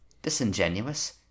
disingenuous